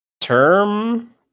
Term